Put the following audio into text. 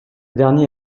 dernier